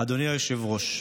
אדוני היושב-ראש,